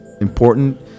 important